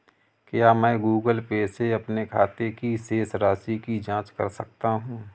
क्या मैं Google Pay से अपने खाते की शेष राशि की जाँच कर सकता हूँ?